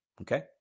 okay